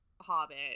Hobbit